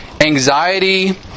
anxiety